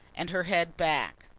and her head back.